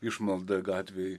išmaldą gatvėj